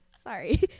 sorry